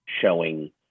showing